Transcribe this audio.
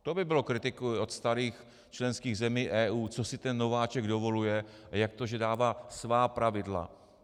To by bylo kritiků od starých členských zemí EU, co si ten nováček dovoluje, jak to, že dává svá pravidla!